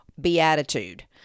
beatitude